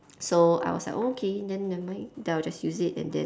so I was like oh okay then never mind then I will just use it and then